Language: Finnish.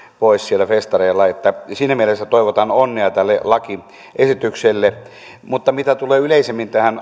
pois siellä festareilla siinä mielessä toivotan onnea tälle lakiesitykselle mutta mitä tulee yleisemmin tähän